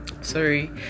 sorry